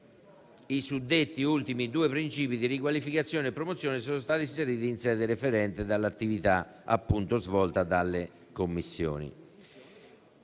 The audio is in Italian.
I suddetti ultimi due principi di riqualificazione e promozione sono stati inseriti in sede referente dall'attività svolta dalle Commissioni.